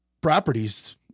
properties